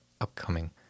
upcoming